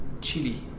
chili